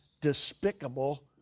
despicable